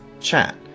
chat